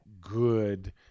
good